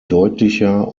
deutlicher